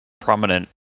Prominent